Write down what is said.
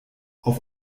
auf